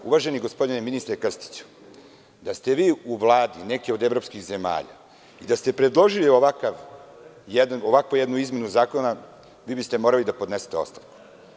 Uvaženi gospodine ministre Krstiću, da ste vi u Vladi nekih evropskih zemalja predložili jednu ovakvu izmenu zakona, vi biste morali da odnesete ostavku.